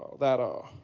that ah